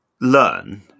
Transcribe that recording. learn